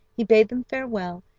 he bade them farewell,